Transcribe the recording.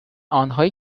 آنهایی